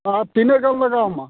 ᱟᱨ ᱛᱤᱱᱟᱹᱜ ᱜᱟᱱ ᱞᱟᱜᱟᱣ ᱟᱢᱟ